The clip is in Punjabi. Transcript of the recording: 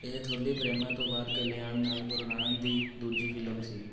ਇਹ ਥੋਲੀ ਪ੍ਰੇਮਾ ਤੋਂ ਬਾਅਦ ਕਲਿਆਣ ਨਾਲ ਕਰੁਣਾ ਦੀ ਦੂਜੀ ਫਿਲਮ ਸੀ